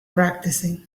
practicing